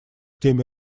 теме